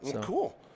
Cool